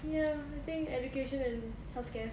ya I think education and healthcare